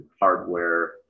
hardware